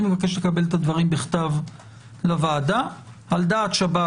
אני מבקש לקבל את הדברים בכתב לוועדה על דעת שב"ס,